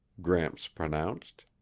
gramps pronounced.